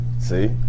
See